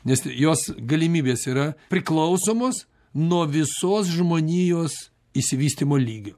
nes jos galimybės yra priklausomos nuo visos žmonijos išsivystymo lygio